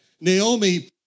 Naomi